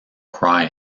cry